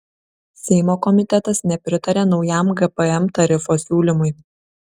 seimo komitetas nepritarė naujam gpm tarifo siūlymui